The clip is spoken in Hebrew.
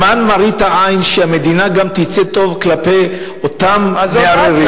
ומה עם מראית העין שהמדינה גם תצא טוב כלפי אותם מערערים?